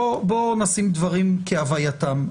בואו נעשים דברים כהווייתם.